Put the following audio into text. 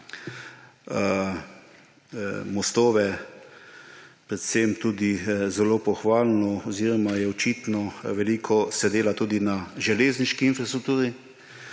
mostove, predvsem je zelo pohvalno oziroma je očitno, da se veliko dela tudi na železniški infrastrukturi.